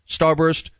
Starburst